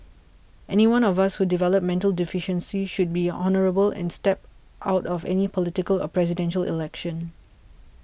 anyone of us who develop mental deficiency should be honourable and step out of any political or Presidential Election